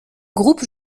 groupe